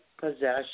possession